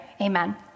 amen